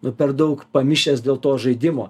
nu per daug pamišęs dėl to žaidimo